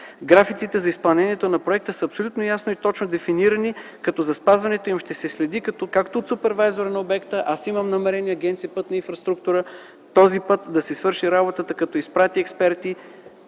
Графиците за изпълнението на проекта са абсолютно точно и ясно дефинирани, като за спазването им ще се следи както от супервайзъра на обекта, аз имам намерение Агенция “Пътна инфраструктура” този път да си свърши работата като изпрати експерти,